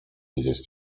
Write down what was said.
widzieć